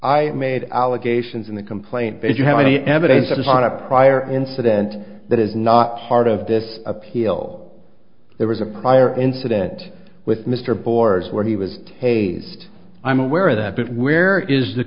i made allegations in the complaint if you have any evidence that is not a prior incident that is not part of this appeal there was a prior incident with mr boars where he was a s i'm aware that bit where is the